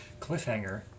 Cliffhanger